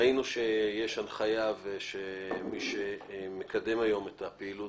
ראינו שיש הנחיה ושמי שמקדמים היום את הפעילות